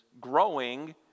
growing